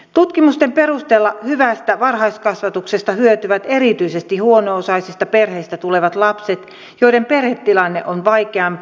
tutkimusten perusteella hyvästä varhaiskasvatuksesta hyötyvät erityisesti huono osaisista perheistä tulevat lapset joiden perhetilanne on vaikeampi